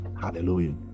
Hallelujah